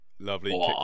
Lovely